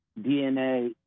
DNA